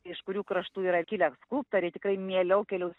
iš kurių kraštų yra kilę skulptoriai tikrai mieliau keliaus